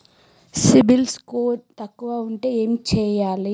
CIBIL score తక్కువ ఉంటే ఏం చేయాలి?